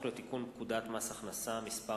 מטעם הממשלה: הצעת חוק לתיקון פקודת מס הכנסה (מס'